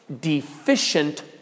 Deficient